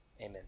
Amen